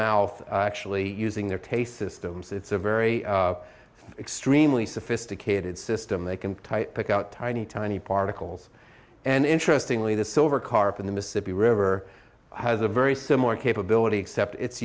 mouth actually using their taste systems it's a very extremely sophisticated system they can type pick out tiny tiny particles and interesting lee the silver carp in the mississippi river has a very similar capability except it's